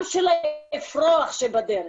גם של האפרוח שבדרך,